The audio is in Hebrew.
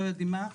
לא יודעים מה,